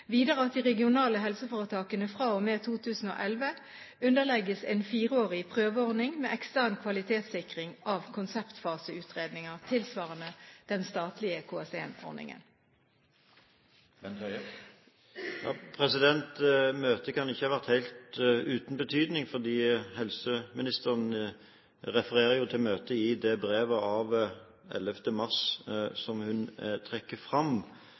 Videre vil jeg følge opp at de regionale helseforetakene fra og med 2011 underlegges en fireårig prøveordning med ekstern kvalitetssikring av konseptfaseutredninger, tilsvarende den statlige KS1-ordningen. Møtet kan ikke ha vært helt uten betydning, fordi helseministeren refererer jo til møtet i det brevet av 11. mars som hun trekker fram.